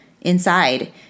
inside